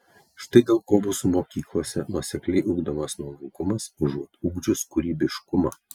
štai dėl ko mūsų mokyklose nuosekliai ugdomas nuolankumas užuot ugdžius kūrybiškumą